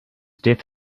death